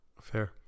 Fair